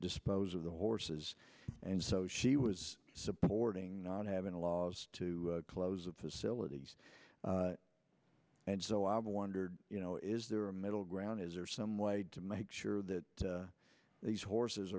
dispose of the horses and so she was supporting not having laws to close the facilities and so i wondered you know is there a middle ground is there some way to make sure that these horses